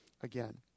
again